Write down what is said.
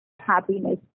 happiness